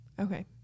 Okay